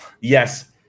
Yes